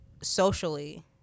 socially